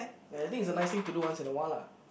ya I think it's a nice thing to do once in a while lah